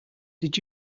did